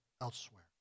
elsewhere